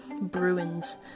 Bruins